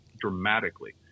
dramatically